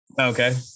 Okay